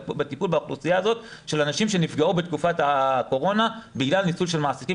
ובאוכלוסייה הזאת של הנשים שנפגעו בתקופת הקורונה בגלל ניצול של מעסיקים